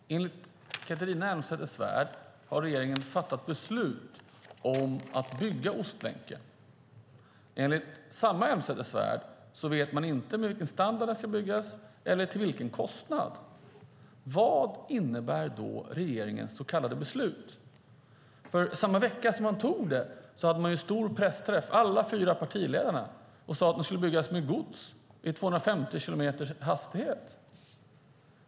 Herr talman! Enligt Catharina Elmsäter-Svärd har regeringen fattat beslut om att bygga Ostlänken. Enligt samma Elmsäter-Svärd vet man inte med vilken standard eller till vilken kostnad den ska byggas. Vad innebär då regeringens så kallade beslut? Samma vecka som man tog det beslutet hade man stor pressträff med alla fyra partiledarna och sade att den skulle byggas för en hastighet på 250 kilometer i timmen med godstrafik.